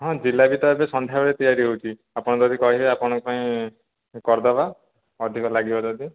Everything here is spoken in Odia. ହଁ ଜିଲାପି ତ ଏବେ ସନ୍ଧ୍ୟାବେଳେ ତିଆରି ହେଉଛି ଆପଣ ଯଦି କହିବେ ଆପଣଙ୍କ ପାଇଁ କରଦେବା ଅଧିକ ଲାଗିବ ଯଦି